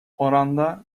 oranda